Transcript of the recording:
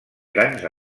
grans